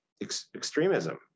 extremism